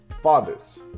Fathers